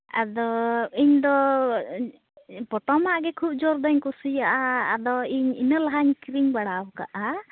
ᱟᱫᱚ ᱤᱧ ᱫᱚ ᱯᱚᱴᱚᱢᱟᱜ ᱜᱮ ᱠᱷᱩᱵ ᱡᱳᱨ ᱫᱩᱧ ᱠᱩᱥᱤᱭᱟᱜᱼᱟ ᱟᱫᱚ ᱤᱧ ᱤᱱᱟᱹ ᱞᱟᱦᱟᱧ ᱠᱤᱨᱤᱧ ᱵᱟᱲᱟᱣᱟᱠᱟᱫᱼᱟ